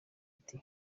ati